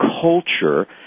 culture